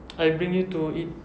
I bring you to eat